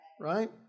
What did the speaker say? right